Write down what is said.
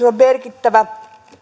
on merkittävä